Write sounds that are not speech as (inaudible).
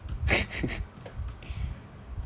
(laughs)